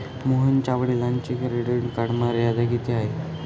मोहनच्या वडिलांची credit card मर्यादा किती आहे?